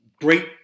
great